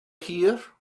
here